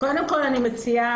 קודם כל אני מציעה,